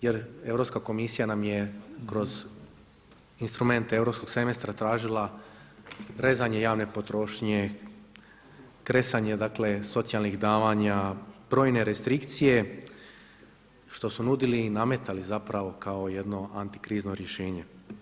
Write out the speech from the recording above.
Jer Europska komisija nam je kroz instrumente europskog semestra tražila rezanje javne potrošnje, kresanje socijalnih davanja, brojne restrikcije što nudili nametali zapravo kako jedno antikrizno rješenje.